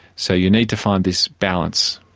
so you need to find this balance,